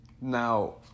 Now